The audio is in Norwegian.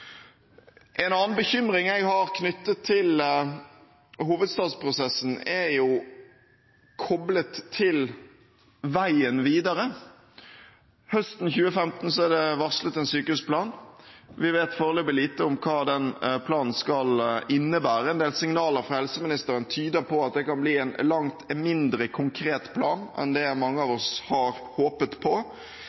En annen bekymring jeg har knyttet til hovedstadsprosessen, er koblet til veien videre. Høsten 2015 er det varslet en sykehusplan. Vi vet foreløpig lite om hva den planen skal innebære, men en del signaler fra helseministeren tyder på at det kan bli en langt mindre konkret plan enn det mange av oss har håpet på.